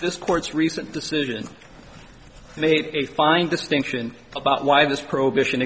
this court's recent decision made a fine distinction about why this prohibition